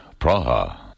Praha